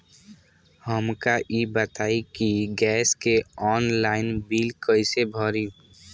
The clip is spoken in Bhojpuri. हमका ई बताई कि गैस के ऑनलाइन बिल कइसे भरी?